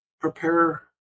prepare